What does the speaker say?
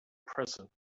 present